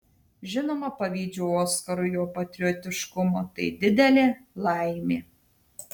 žinoma pavydžiu oskarui jo patriotiškumo tai didelė laimė